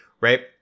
right